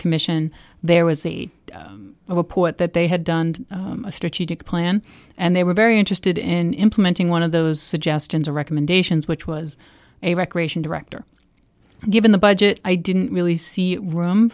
commission there was eight i report that they had done a strategic plan and they were very interested in implementing one of those suggestions recommendations which was a recreation director given the budget i didn't really see room